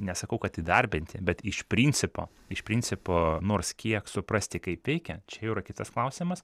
nesakau kad įdarbinti bet iš principo iš principo nors kiek suprasti kaip veikia čia jau yra kitas klausimas